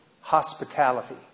hospitality